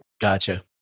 Gotcha